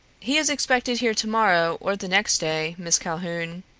he is expected here tomorrow or the next day, miss calhoun.